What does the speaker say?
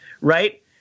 right